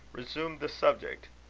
resumed the subject.